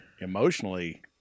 emotionally